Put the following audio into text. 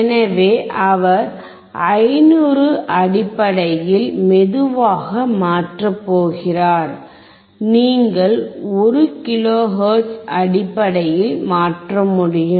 எனவே அவர் 500 அடிப்படையில் மெதுவாக மாற்றப் போகிறார் நீங்கள் 1 கிலோஹெர்ட்ஸ் அடிப்படையில் மாற்ற முடியும்